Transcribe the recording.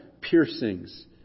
piercings